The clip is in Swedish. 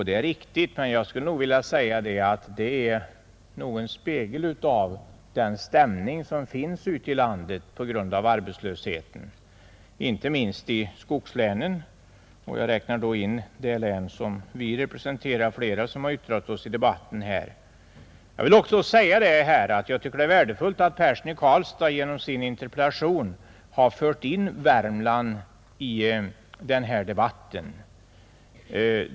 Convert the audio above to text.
Det är riktigt, men de speglar nog den stämning som på grund av arbetslösheten råder ute i landet, inte minst i skogslänen — och jag räknar då in det län som flera av oss som har yttrat oss i debatten representerar. Det är också värdefullt att herr Persson i Karlstad genom sin interpellation har fört in Värmland i denna debatt.